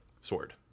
sword